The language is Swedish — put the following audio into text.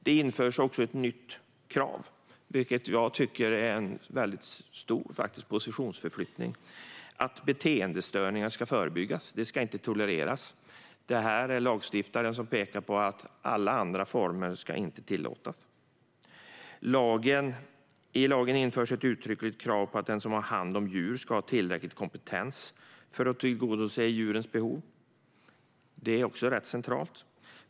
Det införs också ett nytt krav, vilket jag tycker är en stor positionsförflyttning, som handlar om att beteendestörningar ska förebyggas. Det ska inte tolereras. I lagen införs också ett uttryckligt krav på att den som har hand om djur ska ha tillräcklig kompetens för att tillgodose djurens behov. Det är också rätt centralt.